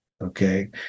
Okay